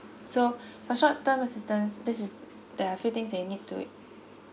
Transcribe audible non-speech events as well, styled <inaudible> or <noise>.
so <breath> for short term assistance this is there are few things that you need to